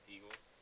Eagles